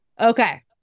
okay